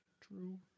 True